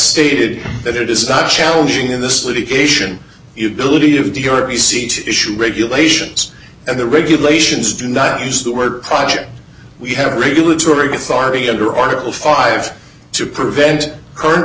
stated that it is not challenging in this litigation utility of the dirty seat issue regulations and the regulations do not use the word project we have a regulatory authority under article five to prevent current